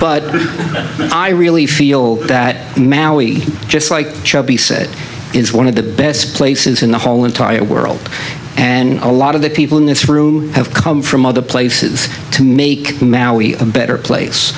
but i really feel that just like be said is one of the best places in the whole entire world and a lot of the people in this room have come from other places to make a better place